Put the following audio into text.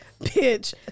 Bitch